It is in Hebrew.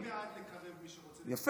גם אני בעד לקרב, יפה.